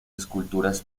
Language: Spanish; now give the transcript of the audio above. esculturas